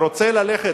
ורוצה ללכת,